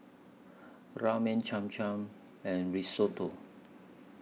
Ramen Cham Cham and Risotto